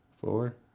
four